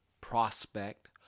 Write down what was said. prospect